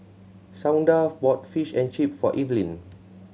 Shawnda bought Fish and Chips for Evelyn